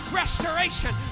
restoration